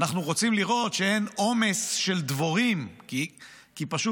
אנחנו רוצים לראות שאין עומס של דבורים, כי פשוט